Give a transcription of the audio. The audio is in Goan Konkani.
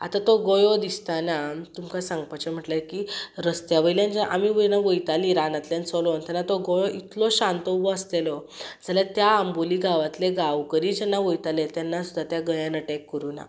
आतां तो गयो दिसताना तुमकां सांगपाचें म्हटल्या की रस्त्या वयल्यान जे आमी वयना वयतालीं रानांतल्यान चोलोन तेन्ना तो गयो इतलो शांत उबो आसलेलो जाल्या त्या आंबोली गांवातले गांवकरी जेन्ना वयताले तेन्ना सुद्दां त्या गयान अटॅक करूं ना